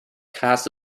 cast